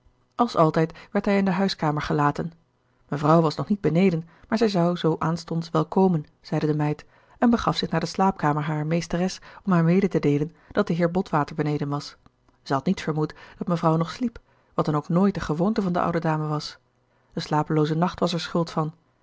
als altijd werd hij in de huiskamer gelaten mevrouw was nog niet beneden maar zij zou zoo aanstonds wel gerard keller het testament van mevrouw de tonnette komen zeide de meid en begaf zich naar de slaapkamer harer meesteres om haar mede te deelen dat de heer botwater beneden was zij had niet vermoed dat mevrouw nog sliep wat dan ook nooit de gewoonte van de oude dame was de slapelooze nacht was er schuld van